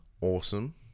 awesome